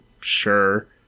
sure